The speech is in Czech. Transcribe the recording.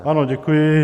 Ano, děkuji.